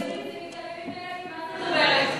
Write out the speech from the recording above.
אלו עבריינים שמתעללים בילדים, מה זאת אומרת?